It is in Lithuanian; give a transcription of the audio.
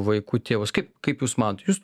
vaikų tėvus kaip kaip jūs manot jūs